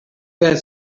that